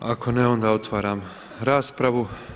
Ako ne onda otvaram raspravu.